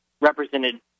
represented